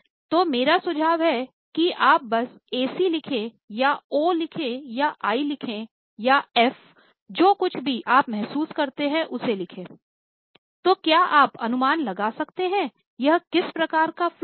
तो मेरा सुझाव है कि आप बस एसी लिखे या ओ लिखे या आई लिखें या एफ जो कुछ भी आप महसूस करते हैं उसे लिखें तो क्या आप अनुमान लगा सकते हैं कि यह किस प्रकार का फलो है